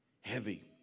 heavy